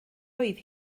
oedd